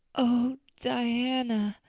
oh, diana,